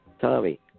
Tommy